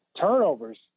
turnovers